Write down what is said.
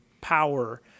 power –